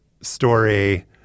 story